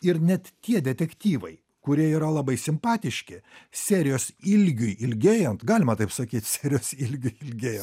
ir net tie detektyvai kurie yra labai simpatiški serijos ilgiui ilgėjant galima taip sakyt serijos ilgiui ilgėjan